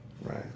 Right